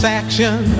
action